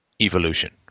evolution